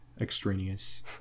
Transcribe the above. extraneous